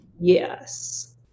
yes